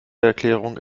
erklärung